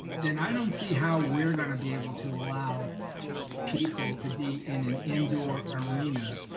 then i don't see how we're gonna be able to allow people to be in an indoor arena,